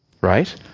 right